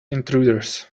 intruders